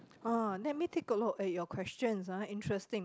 ah let me take a look at your questions ah interesting